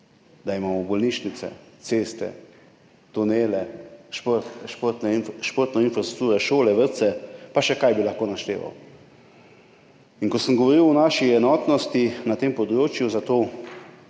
da imamo bolnišnice, ceste, tunele, športno infrastrukturo, šole, vrtce in še kaj bi lahko našteval. Ko sem govoril o naši enotnosti na tem področju